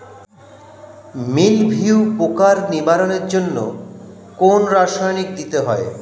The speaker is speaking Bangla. মিলভিউ পোকার নিবারণের জন্য কোন রাসায়নিক দিতে হয়?